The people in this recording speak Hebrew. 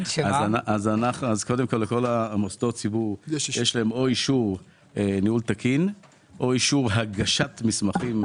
לכל מוסדות הציבור יש או אישור ניהול תקין או אישור הגשת מסמכים.